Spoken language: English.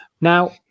now